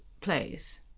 plays